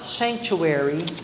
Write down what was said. sanctuary